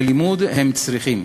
וללימוד הם צריכים.